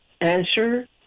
answer